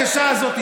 הקשה הזאת,